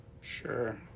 Sure